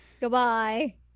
goodbye